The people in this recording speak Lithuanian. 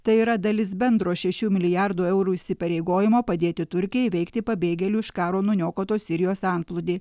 tai yra dalis bendro šešių milijardų eurų įsipareigojimo padėti turkijai įveikti pabėgėlių iš karo nuniokotos sirijos antplūdį